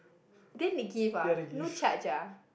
then they give ah no charge ah